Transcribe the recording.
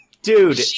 Dude